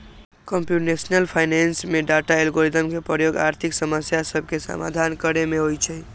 computational finance में data, algorithm के प्रयोग आर्थिक समस्या सभके समाधान करे में होइ छै